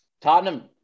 Tottenham